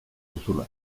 duzula